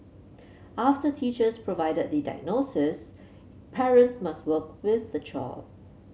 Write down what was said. after teachers provide the diagnostics parents must work with their child